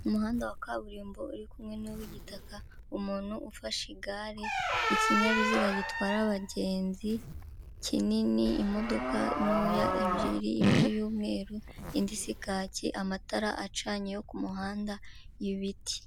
Umuhanda wa kaburimbo uri kumwe n'uwigitaka, umuntu ufashe igare, ikinyabiziga gitwara abagenzi kinini, imodoka ntoya ebyiri, imwe y'umweru, indi isa kacyi, amatara acanye yo ku muhanda y'ibiti.